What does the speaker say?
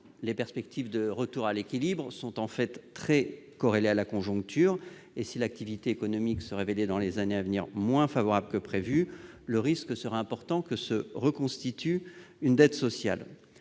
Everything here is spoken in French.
les perspectives de retour à l'équilibre sont en fait très corrélées à la conjoncture et, si l'activité économique se révélait, dans les années à venir, moins favorable que prévu, le risque qu'une dette sociale ne se reconstitue serait important.